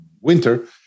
winter